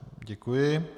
Děkuji.